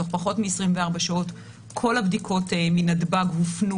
תוך פחות מ-24 שעות כל הבדיקות מנתב"ג הופנו